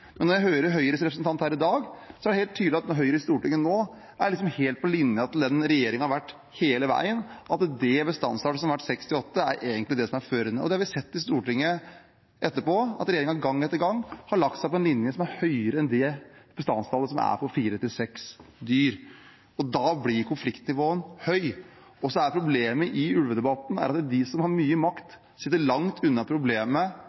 Men når jeg hører Høyres representant her i dag, er det helt tydelig at Høyre i Stortinget nå er helt på den linja hvor regjeringen har vært hele veien, at bestandsmålet på seks til åtte er det som egentlig er det førende. Det har vi sett i Stortinget også etterpå, at regjeringen gang på gang har lagt seg på en linje som er høyere enn bestandsmålet på fire til seks dyr. Da blir konfliktnivået høyt. Problemet i ulvedebatten er at de som har mye makt, sitter langt unna problemet